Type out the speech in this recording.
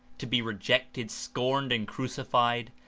to be rejected, scorned and crucified,